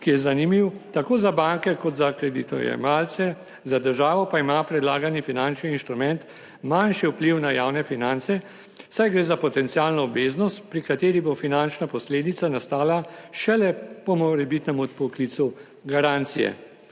ki je zanimiv tako za banke kot za kreditojemalce, za državo pa ima predlagani finančni inštrument manjši vpliv na javne finance, saj gre za potencialno obveznost, pri kateri bo finančna posledica nastala šele po morebitnem odpoklicu garancije.